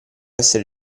essere